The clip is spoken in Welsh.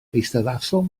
eisteddasom